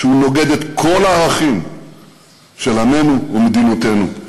שנוגד את כל הערכים של עמנו ומדינתנו.